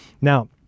Now